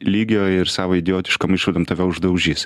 lygio ir savo idiotiškom išvadom tave uždaužys